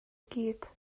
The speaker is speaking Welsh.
gyd